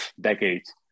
decades